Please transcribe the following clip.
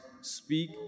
Speak